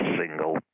single